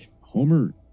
Homer